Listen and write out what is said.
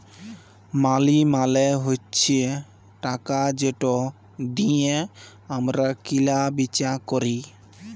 মালি মালে হছে টাকা যেট দিঁয়ে আমরা কিলা বিচা ক্যরি